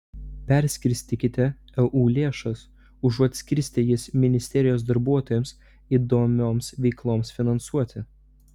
perskirstykite eu lėšas užuot skirstę jas ministerijos darbuotojams įdomioms veikloms finansuoti